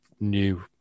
new